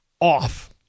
off